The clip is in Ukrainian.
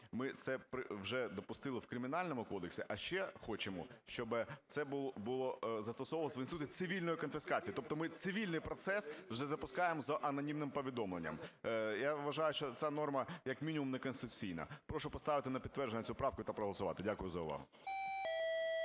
Ми це вже допустили в Кримінальному кодексі, а ще хочемо, щоби це було… застосовувалося в інституті цивільної конфіскації, тобто ми цивільний процес вже запускаємо за анонімним повідомленням. Я вважаю, що ця норма, як мінімум, неконституційна. Прошу поставити на підтвердження цю правку та проголосувати. Дякую за увагу.